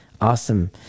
awesome